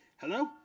Hello